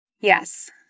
Yes